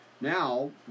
Now